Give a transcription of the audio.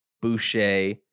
Boucher